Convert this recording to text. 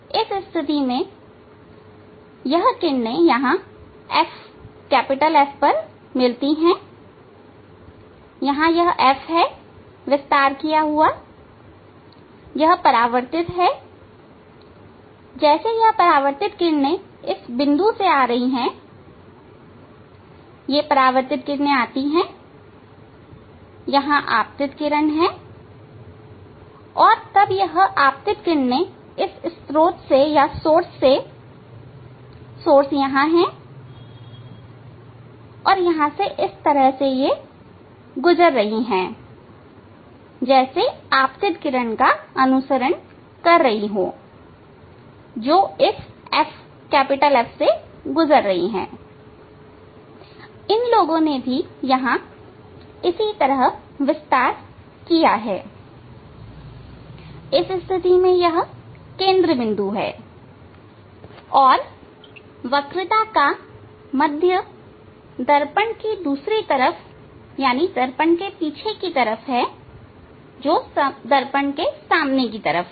इस स्थिति में यह किरणें यहां F मिलती हैं यहां यह F है विस्तार किया हुआ यह परावर्तित है जैसे यह परावर्तित किरणें इस बिंदु से आ रही हैं परावर्तित किरणें आती हैं यहां आपतित किरण है और तब यह आपतित किरणें इस स्त्रोत से स्त्रोत यहां है और यहां इस तरह से गुजर रहा है जैसे आपतित किरण का अनुसरण कर रहा है जो इस F गुजर रही हैइन लोगों ने भी यहां इसी तरह विस्तार किया है इस स्थिति में यह केंद्र बिंदु है और वक्रता का मध्य दर्पण की दूसरी तरफ दर्पण के पीछे की तरफ है जो दर्पण के सामने की तरफ है